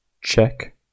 check